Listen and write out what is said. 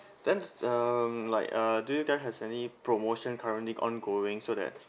then um like uh do you guys have any promotion currently ongoing so that